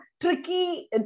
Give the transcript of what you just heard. tricky